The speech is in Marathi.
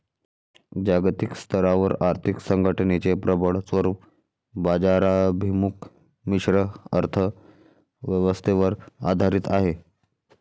जागतिक स्तरावर आर्थिक संघटनेचे प्रबळ स्वरूप बाजाराभिमुख मिश्र अर्थ व्यवस्थेवर आधारित आहे